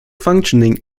functioning